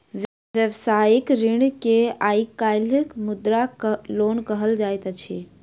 व्यवसायिक ऋण के आइ काल्हि मुद्रा लोन कहल जाइत अछि